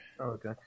Okay